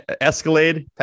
escalade